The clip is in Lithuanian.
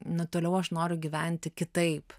nu toliau aš noriu gyventi kitaip